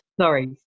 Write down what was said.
Sorry